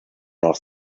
noch